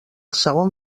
segon